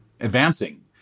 advancing